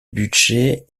budgets